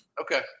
Okay